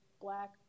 black